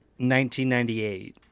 1998